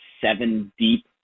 seven-deep